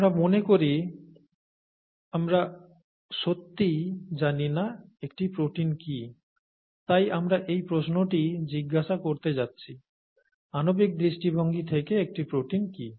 আমরা মনে করি আমরা সত্যিই জানি না একটি প্রোটিন কি তাই আমরা এই প্রশ্নটিই জিজ্ঞাসা করতে যাচ্ছি আণবিক দৃষ্টিভঙ্গি থেকে একটি প্রোটিন কি